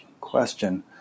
question